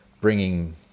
bringing